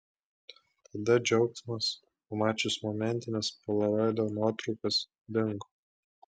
tada džiaugsmas pamačius momentines polaroido nuotraukas dingo